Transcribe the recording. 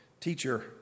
Teacher